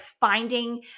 finding